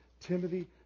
Timothy